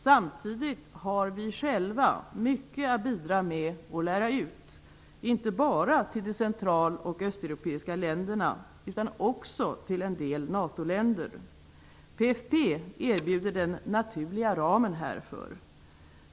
Samtidigt har vi själva mycket att bidra med och lära ut, inte bara till de central och västeuropeiska länderna utan också till en del NATO-länder. PFF erbjuder den naturliga ramen härför.